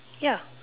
ya